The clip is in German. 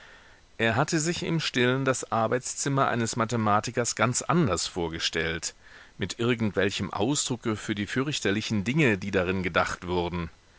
er hatte sich im stillen das arbeitszimmer eines mathematikers ganz anders vorgestellt mit irgendwelchem ausdrucke für die fürchterlichen dinge die darin gedacht wurden